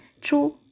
True